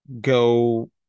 go